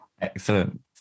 excellent